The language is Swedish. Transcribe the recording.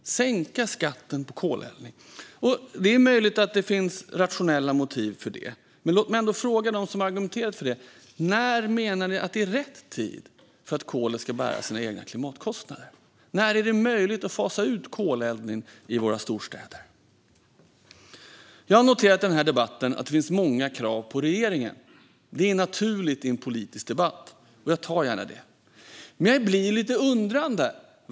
Sänka skatten på koleldning! Det är möjligt att det finns rationella motiv till det, men låt mig ändå fråga dem som har argumenterat för detta: När menar ni att det är rätt tid för kolet att bära sina egna klimatkostnader? När är det möjligt att fasa ut koleldning i våra storstäder? Jag har noterat i debatten att det finns många krav på regeringen. Det är naturligt i en politisk debatt. Jag tar gärna det. Men jag blir lite undrande.